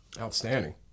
Outstanding